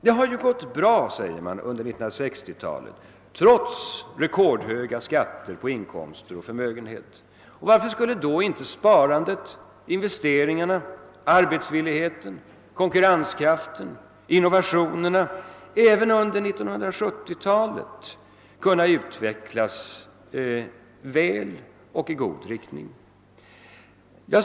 Det har ju gått bra, säger man, under 1960-talet trots rekordhöga skatter på inkomster och förmögenheter, och varför skulle då inte sparandet, investeringarna, arbetsvilligheten, konkurrenskraften, innovationerna även under 1970-talet kunna utvecklas väl och i god riktning?